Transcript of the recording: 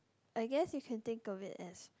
I guess you can think of it as